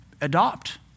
adopt